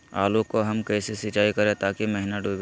आलू को हम कैसे सिंचाई करे ताकी महिना डूबे?